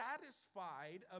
satisfied